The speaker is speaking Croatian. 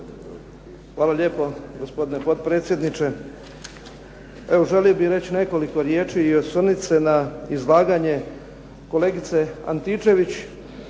Hvala lijepo gospodine potpredsjedniče. Evo, želio bih reći nekoliko riječi i osvrnuti se na izlaganje kolegice Antičević